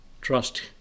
trust